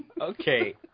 Okay